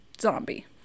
zombie